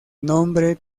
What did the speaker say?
nombre